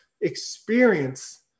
experience